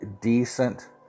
decent